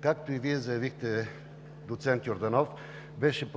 Както и Вие заявихте, доцент Йорданов, беше